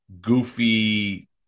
goofy